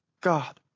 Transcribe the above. God